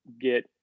get